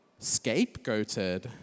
scapegoated